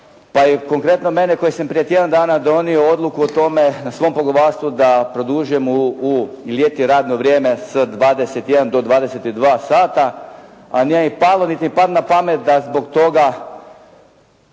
pa i konkretno mene koji sam prije tjedan dana donio odluku o tome na svom poglavarstvu da produžujemo u ljeti radno vrijeme sa 21,00 na 22,00 sata, a nije mi palo, niti mi pada na pamet da zbog toga